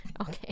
Okay